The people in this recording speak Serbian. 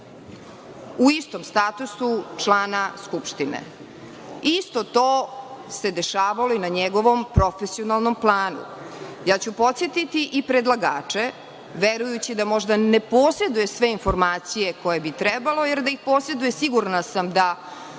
u istom statusu člana Skupštine. Isto to se dešavalo i na njegovom profesionalnom planu. Podsetiću i predlagače, verujući da možda ne poseduju sve informacije koje bi trebalo, jer da ih poseduju sigurna sam da